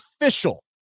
official